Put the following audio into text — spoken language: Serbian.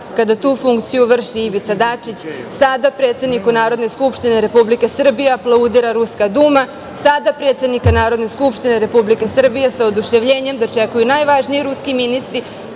kada tu funkciju vrši Ivica Dačić, sada predsedniku Skupštine Republike Srbije aplaudira ruska Duma, sada predsednika Narodne skupštine Republike Srbije sa oduševljenjem dočekuju najvažniji ruski ministri,